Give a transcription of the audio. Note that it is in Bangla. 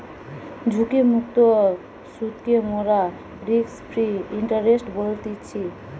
ঝুঁকিমুক্ত সুদকে মোরা রিস্ক ফ্রি ইন্টারেস্ট বলতেছি